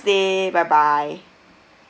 day bye bye